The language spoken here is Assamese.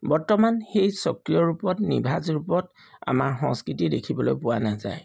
বৰ্তমান সেই স্বকীয় ৰূপত নিভাঁজ ৰূপত আমাৰ সংস্কৃতি দেখিবলৈ পোৱা নাযায়